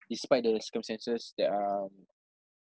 despite the circumstances that um